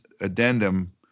addendum